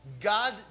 God